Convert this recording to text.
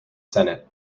senate